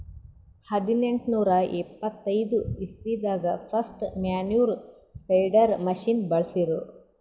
ಹದ್ನೆಂಟನೂರಾ ಎಪ್ಪತೈದ್ ಇಸ್ವಿದಾಗ್ ಫಸ್ಟ್ ಮ್ಯಾನ್ಯೂರ್ ಸ್ಪ್ರೆಡರ್ ಮಷಿನ್ ಬಳ್ಸಿರು